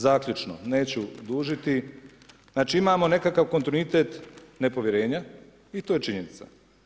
Zaključno, neću dužiti, znači imamo nekakav kontinuitet nepovjerenja i to je činjenica.